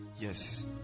Yes